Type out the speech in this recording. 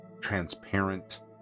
transparent